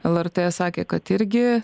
lrt sakė kad irgi